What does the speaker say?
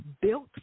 built